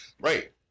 Right